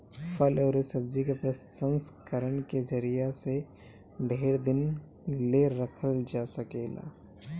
फल अउरी सब्जी के प्रसंस्करण के जरिया से ढेर दिन ले रखल जा सकेला